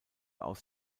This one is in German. aus